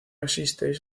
existeix